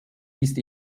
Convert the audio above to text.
ist